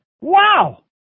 Wow